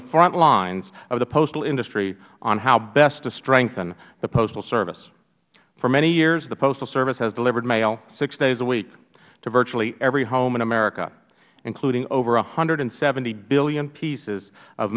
the front lines of the postal industry on how best to strengthen the postal service for many years the postal service has delivered mail six days a week to virtually every home in america including over one hundred and seventy billion pieces of